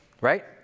right